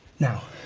now,